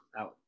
out